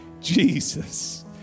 Jesus